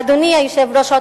אדוני היושב-ראש,